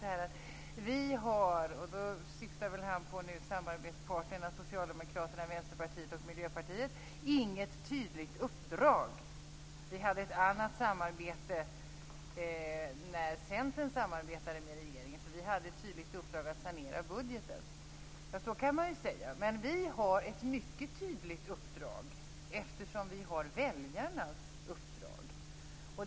Lennart Daléus har sagt att vi - han syftar väl på samarbetspartnerna Socialdemokraterna, Vänsterpartiet och Miljöpartiet - inte har något tydligt uppdrag. Det var ett annat samarbete när Centern samarbetade med regeringen, för man hade ett tydligt uppdrag i att sanera budgeten. Så kan man ju säga. Men vi har ett mycket tydligt uppdrag, eftersom vi har väljarnas uppdrag.